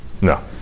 No